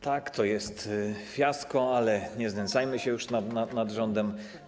Tak, to jest fiasko, ale nie znęcajmy się już nad rządem.